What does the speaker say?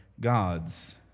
gods